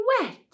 wet